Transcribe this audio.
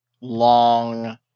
Long